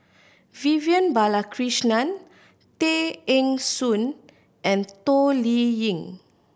Vivian Balakrishnan Tay Eng Soon and Toh Liying